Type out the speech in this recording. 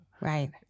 Right